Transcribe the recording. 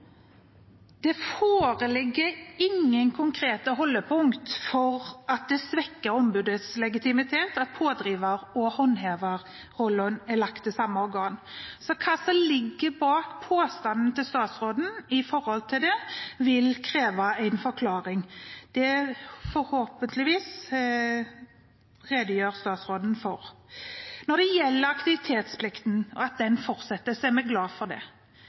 Det foreligger ingen konkrete holdepunkter for at det svekker ombudets legitimitet at pådriver- og håndheverrollen er lagt til samme organ, så hva som ligger bak påstanden til statsråden om det, krever en forklaring. Forhåpentligvis redegjør statsråden for det. Når det gjelder at aktivitetsplikten fortsetter, er vi glad for det.